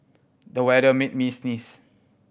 the weather made me sneeze